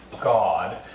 God